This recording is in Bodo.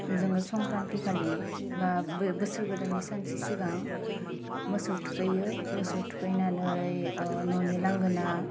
जोङो संख्रान्थि खालि बा बोसोर गोदाननि सानसे सिगां मोसौ थुखैयो मोसौ थुखैनानै न'नि लांगोना